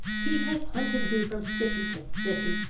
he has hunted me from city to city.